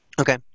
Okay